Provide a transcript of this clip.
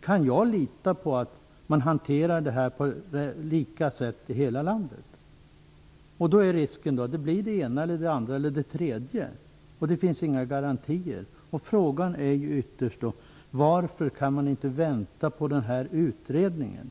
Kan jag lita på att frågan hanteras på samma sätt i hela landet? Risken är att det blir det ena, det andra eller det tredje och att det inte finns några garantier. Frågan är ju då ytterst varför man inte kan invänta utredningen.